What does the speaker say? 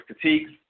critiques